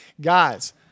guys